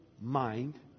mind